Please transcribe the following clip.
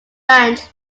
ranch